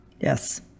Yes